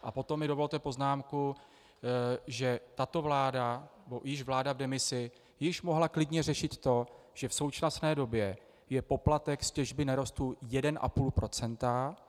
A potom mi dovolte poznámku, že tato vláda, vláda v demisi, již mohla klidně řešit to, že v současné době je poplatek z těžby nerostů 1,5 %.